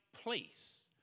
place